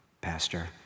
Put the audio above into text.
Pastor